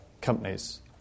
companies